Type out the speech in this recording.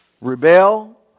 Rebel